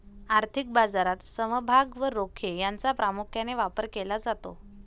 आर्थिक बाजारात समभाग व रोखे यांचा प्रामुख्याने व्यापार केला जातो